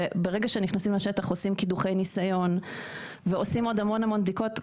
וברגע שנכנסים לשטח ועושים קידוחי ניסיון ועושים עוד המון בדיקות,